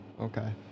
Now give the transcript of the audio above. Okay